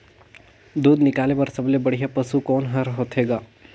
दूध निकाले बर सबले बढ़िया पशु कोन कोन हर होथे ग?